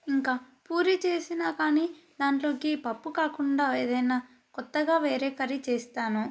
ఇంకా పూరీ చేసినా కానీ దాంట్లోకి పప్పు కాకుండా ఏదైనా కొత్తగా వేరే కర్రీ చేస్తాను